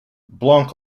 blanc